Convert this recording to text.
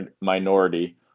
minority